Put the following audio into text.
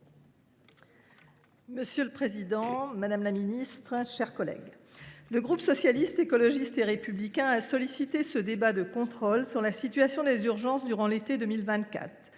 Monsieur le président, madame la ministre, mes chers collègues, le groupe Socialiste, Écologiste et Républicain a sollicité ce débat sur la situation des urgences durant l’été 2024